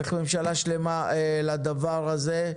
צריך ממשלה שלמה לדבר הזה.